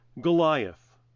Goliath